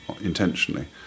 intentionally